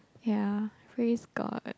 ya praise God